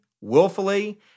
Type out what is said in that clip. willfully